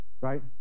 right